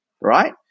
right